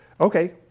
okay